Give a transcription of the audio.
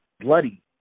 bloody